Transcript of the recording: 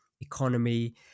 economy